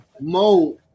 Mo